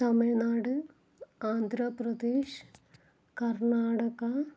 Tamil Nadu Andhra Pradesh Karnataka